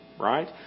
right